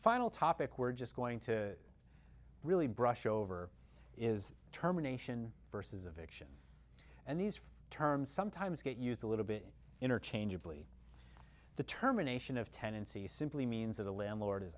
final topic we're just going to really brush over is terminations verses of action and these terms sometimes get used a little bit interchangeably determination of tenancy simply means of the landlord is